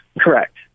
Correct